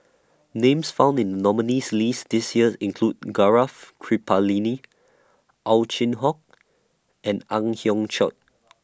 Names found in nominees' list This years include Gaurav Kripalani Ow Chin Hock and Ang Hiong Chiok